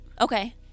okay